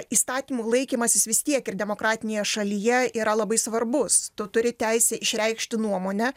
įstatymų laikymasis vis tiek ir demokratinėje šalyje yra labai svarbus tu turi teisę išreikšti nuomonę